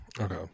Okay